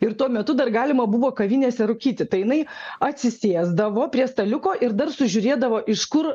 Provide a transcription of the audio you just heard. ir tuo metu dar galima buvo kavinėse rūkyti tai jinai atsisėsdavo prie staliuko ir dar sužiūrėdavo iš kur